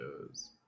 shows